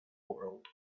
world